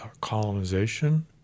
colonization